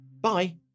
Bye